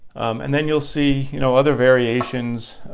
and then you'll see you know other variations.